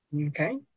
Okay